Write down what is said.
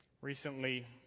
Recently